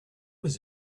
was